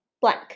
blank